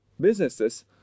Businesses